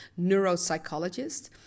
neuropsychologist